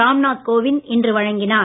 ராம் நாத் கோவிந்த் இன்று வழங்கினார்